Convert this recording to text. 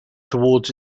toward